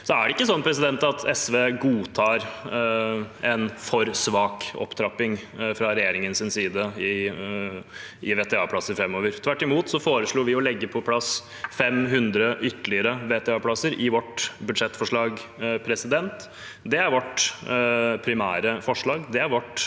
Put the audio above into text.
Så er det ikke sånn at SV godtar en for svak opptrapping fra regjeringens side av VTA-plasser framover. Tvert imot foreslo vi å legge på ytterligere 500 VTA-plasser i vårt budsjettforslag. Det er vårt primære forslag.